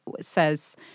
says